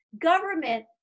Government